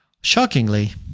Shockingly